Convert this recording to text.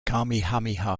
kamehameha